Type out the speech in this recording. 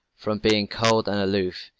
from being cold and aloof,